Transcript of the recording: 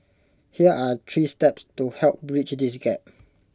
here are three steps to help bridge this gap